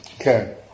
Okay